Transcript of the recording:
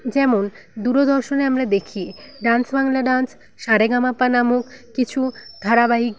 যেমন দূরদর্শনে আমরা দেখি ডান্স বাংলা ডান্স সারেগামাপা নামক কিছু ধারাবাহিক